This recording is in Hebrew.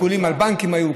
כמה עיקולים על בנקים היו,